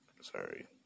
sorry